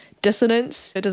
Dissonance